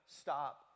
stop